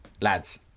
lads